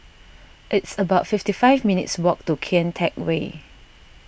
it's about fifty five minutes' walk to Kian Teck Way